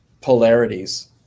polarities